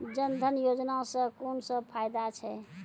जनधन योजना सॅ कून सब फायदा छै?